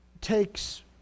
takes